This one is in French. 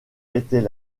était